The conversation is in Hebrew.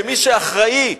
מי שאחראי,